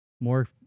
more